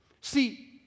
See